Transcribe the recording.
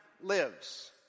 lives